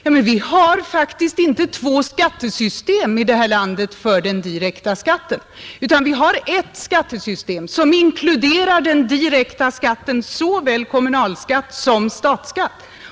Ja, men vi har faktiskt inte två skattesystem i det här landet för den direkta skatten, utan vi har ett skattesystem som inkluderar den direkta skatten, såväl kommunalskatt som statsskatt.